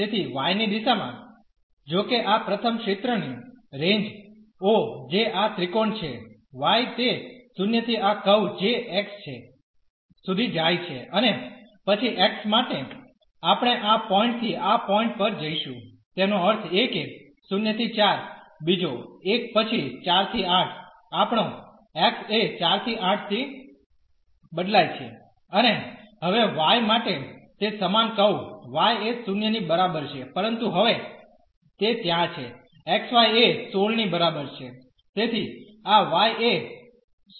તેથી y ની દિશામાં જો કે આ પ્રથમ ક્ષેત્રની રેન્જ ઓ જે આ ત્રિકોણ છે y તે 0 થી આ કર્વ જે x છે સુધી જાય છે અને પછી x માટે આપણે આ પોઈન્ટ થી આ પોઈન્ટ પર જઈશું તેનો અર્થ એ કે 0 ¿4 બીજો એક પછી 4 ¿8 આપણો x એ 4 ¿8 થી બદલાઇ છે અને હવે y માટે તે સમાન કર્વ y એ 0 ની બરાબર છે પરંતુ હવે તે ત્યાં છે xy એ 16 ની બરાબર છે